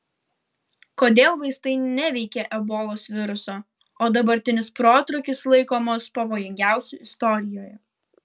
kodėl vaistai neveikia ebolos viruso o dabartinis protrūkis laikomas pavojingiausiu istorijoje